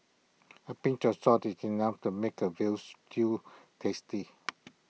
A pinch of salt is enough to make A Veal Stew tasty